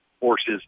horses